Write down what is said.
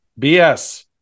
BS